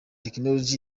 technology